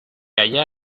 allá